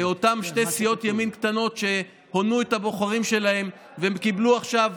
לאותן שתי סיעות ימין קטנות שהונו את הבוחרים שלהן וקיבלו עכשיו